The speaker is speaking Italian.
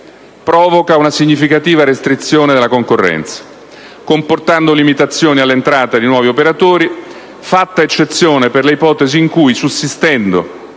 provoca una significativa restrizione della concorrenza, comportando limitazioni all'entrata di nuovi operatori, fatta eccezione per le ipotesi in cui, sussistendo